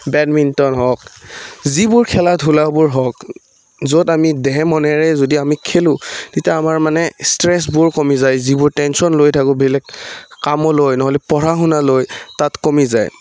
badminton হওক যিবোৰ খেলা ধূলাবোৰ হওক য'ত আমি দেহ মনেৰে যদি আমি খেলোঁ তেতিয়া আমাৰ মানে ষ্ট্ৰেছবোৰ কমি যায় যিবোৰ টেনচন লৈ থাকোঁ বেলেগ কামলৈ নহ'লে পঢ়া শুনা লৈ তাত কমি যায়